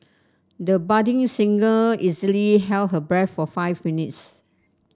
the budding singer easily held her breath for five minutes